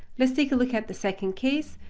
let's take a look at the second case.